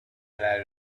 and